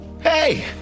Hey